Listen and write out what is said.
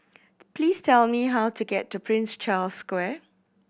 please tell me how to get to Prince Charles Square